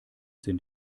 sind